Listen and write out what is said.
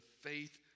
faith